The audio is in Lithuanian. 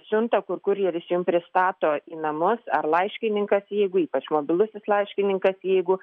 siuntą kur kurjeris jum pristato į namus ar laiškininkas jeigu ypač mobilusis laiškininkas jeigu